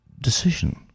decision